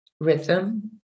rhythm